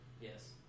Yes